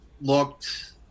looked